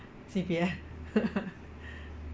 C_P_F